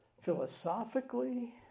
philosophically